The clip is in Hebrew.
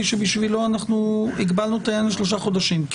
שבשבילו אנחנו הגבלנו את העניין לשלושה חודשים.